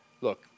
Look